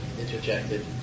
interjected